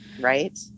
Right